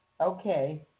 Okay